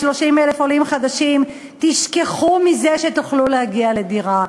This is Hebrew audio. ול-30,000 עולים חדשים: תשכחו מזה שתוכלו להגיע לדירה.